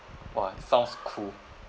!wah! sounds cool